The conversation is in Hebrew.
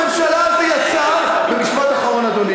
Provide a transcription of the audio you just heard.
למה זה כל כך בוער?